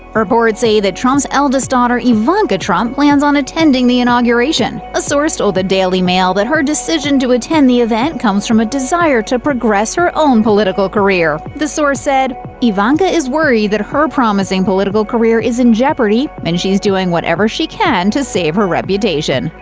say that trump's eldest daughter, ivanka trump, plans on attending the inauguration. a source told the daily mail that her decision to attend the event comes from a desire to progress her own political career. the source said, ivanka is worried that her promising political career is in jeopardy and she's doing whatever she can to save her reputation.